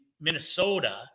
Minnesota